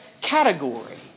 category